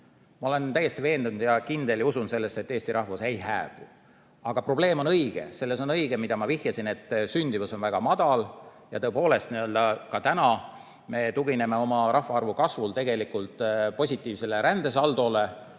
Ma olen täiesti veendunud ja usun, et eesti rahvas ei hääbu. Aga probleem on õige. On õige, nagu ma vihjasin, et sündimus on väga madal ja tõepoolest ka praegu me tugineme oma rahvaarvu kasvul tegelikult positiivsele rändesaldole.